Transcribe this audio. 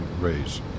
raise